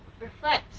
reflect